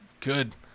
good